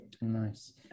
nice